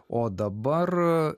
o dabar